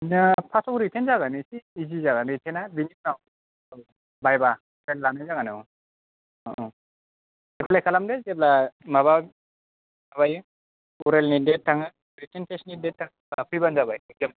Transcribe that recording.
जोंना पास्टआव रिटेन जागोन एसे इजि जागोन रिटेना बिनि उनाव भाइभा लानाय जागोन औ औ एप्लाइ खालामदो जेब्ला माबा माबायो अरेलनि देट थाङो रिटेन टेस्टनि देट थाङो अब्ला फैबानो जाबाय